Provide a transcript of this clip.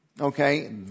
Okay